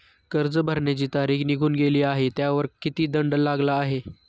कर्ज भरण्याची तारीख निघून गेली आहे त्यावर किती दंड लागला आहे?